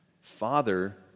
Father